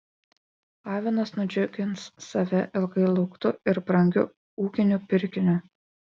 avinas nudžiugins save ilgai lauktu ir brangiu ūkiniu pirkiniu